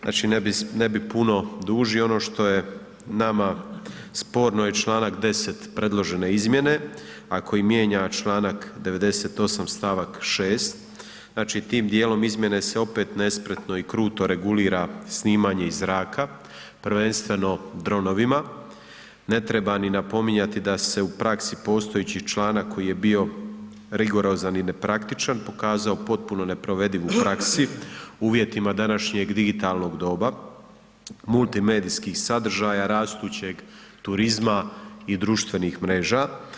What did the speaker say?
Znači, ne bi puno dužio, ono što je nama sporno je čl. 10. predložene izmjene, a koji mijenja čl. 98. st. 6., znači tim dijelom izmjene se opet nespretno i kruto regulira snimanje iz zraka, prvenstveno dronovima, ne treba ni napominjati da se u praksi postojeći članak koji je bio rigorozan i nepraktičan pokazao potpuno neprovediv u praksi, uvjetima današnjeg digitalnog doba, multimedijskih sadržaja, rastućeg turizma i društvenih mreža.